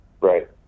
Right